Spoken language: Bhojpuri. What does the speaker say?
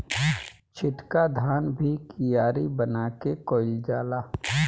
छिटका धान भी कियारी बना के कईल जाला